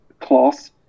cloth